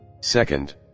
Second